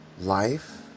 Life